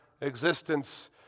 existence